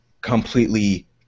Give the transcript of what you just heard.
completely